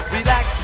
Relax